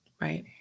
Right